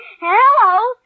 Hello